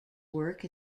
work